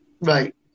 right